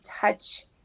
touch